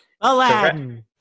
Aladdin